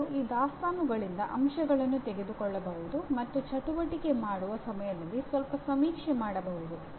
ಒಬ್ಬರು ಆ ದಾಸ್ತಾನುಗಳಿಂದ ಅಂಶಗಳನ್ನು ತೆಗೆದುಕೊಳ್ಳಬಹುದು ಮತ್ತು ಚಟುವಟಿಕೆ ಮಾಡುವ ಸಮಯದಲ್ಲಿ ಸ್ವಲ್ಪ ಸಮೀಕ್ಷೆ ಮಾಡಬಹುದು